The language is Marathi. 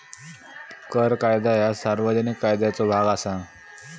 कर कायदा ह्या सार्वजनिक कायद्याचो भाग असा